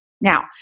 Now